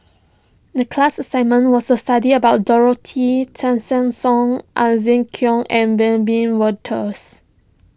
the class assignment was to study about Dorothy Tessensohn Kuok and Wiebe Wolters